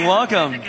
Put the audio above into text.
Welcome